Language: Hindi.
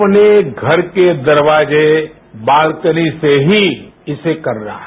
अपने घर के दरवाजे बालकनी से ही इसे करना है